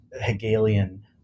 Hegelian